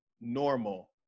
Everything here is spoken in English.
normal